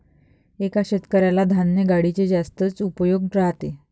एका शेतकऱ्याला धान्य गाडीचे जास्तच उपयोग राहते